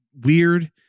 Weird